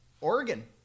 Oregon